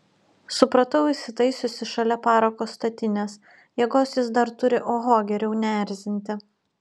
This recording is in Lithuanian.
supratau įsitaisiusi šalia parako statinės jėgos jis dar turi oho geriau neerzinti